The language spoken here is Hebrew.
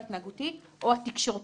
ההתנהגותי" - "או התקשורתי".